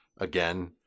Again